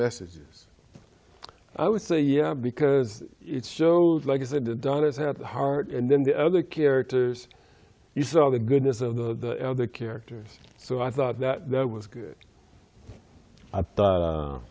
message i would say yeah because it shows like i said and done it had the heart and then the other characters you saw the goodness of the other characters so i thought that that was good i thought